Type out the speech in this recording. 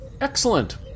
Excellent